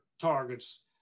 targets